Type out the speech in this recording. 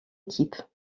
équipes